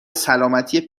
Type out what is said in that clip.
سلامتی